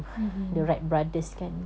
mmhmm